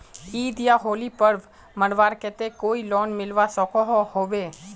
ईद या होली पर्व मनवार केते कोई लोन मिलवा सकोहो होबे?